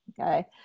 Okay